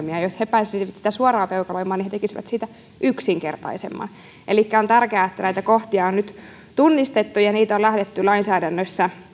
on ongelmia jos he pääsisivät sitä suoraan peukaloimaan niin he tekisivät siitä yksinkertaisemman elikkä on tärkeää että näitä kohtia on nyt tunnistettu ja niitä on lähdetty lainsäädännössä